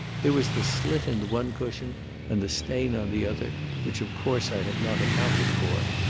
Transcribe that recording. there was the slit in the one cushion and the stain on the other which, of course, i had not accounted for.